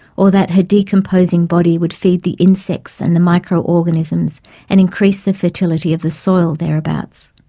or that her decomposing body would feed the insects and the microorganisms and increase the fertility of the soil thereabouts.